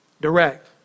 Direct